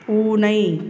பூனை